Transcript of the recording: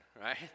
right